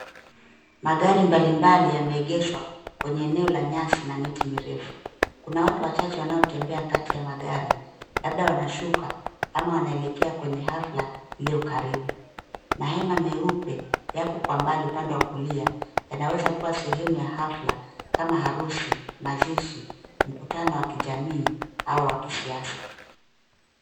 Magari mbalimbali yameegeshwa kwenye eneo la nyasi na miti mirefu. Kuna watu wachache wanaotembea kati ya magari labda wanashuka ama wanaelekea kwenye hafla iliyo karibu. Mahema meupe yako kwa mbali upande wa kulia yanaweza kuwa sehemu ya hafla kama harusi, mazishi, mkutano wa kijamii au wa kisiasa.